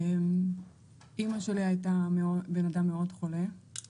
אימא שלי הייתה בנאדם מאוד חולה,